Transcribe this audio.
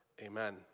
Amen